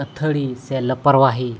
ᱟᱹᱛᱷᱟᱹᱣᱲᱤ ᱥᱮ ᱞᱟᱯᱟᱨᱣᱟᱦᱤ